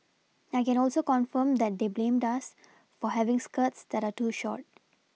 I can also confirm that they blamed us for having skirts that are too short